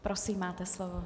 Prosím, máte slovo.